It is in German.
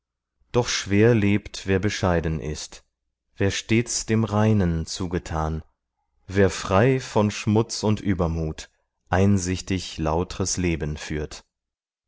doch schwer lebt wer bescheiden ist wer stets dem reinen zugetan wer frei von schmutz und übermut einsichtig lautres leben führt